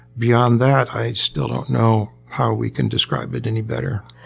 beyond that i still don't know how we can describe it any better.